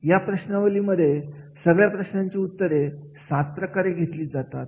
या प्रश्नावली मध्ये सगळ्या प्रश्नांची उत्तरे 7 प्रकारे घेतली जातात